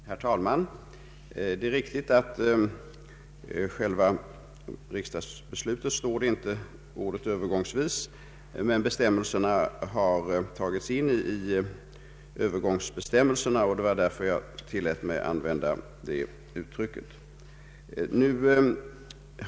Herr talman! Det är riktigt att ordet ”övergångsvis” inte står i själva riksdagsbeslutet, men bestämmelserna har tagits in i Öövergångsbestämmelserna, och det var därför jag tillät mig använda det uttrycket.